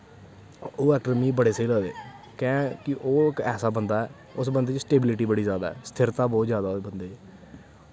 ओह् ऐक्टर मिगी बड़े स्हेई लगदे कैंह् कि ओह् इक ऐसा बंदा ऐ उस बंदे दी सटेविलिटी बड़ी जैदा ऐ स्थिरता बौह्त जैदा ऐ उस बंदे दी